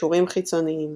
קישורים חיצוניים